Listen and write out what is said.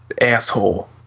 asshole